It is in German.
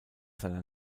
seiner